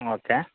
okay